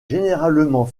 généralement